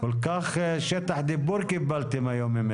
קיבלתם ממני הרבה שטח דיבור היום.